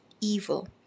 evil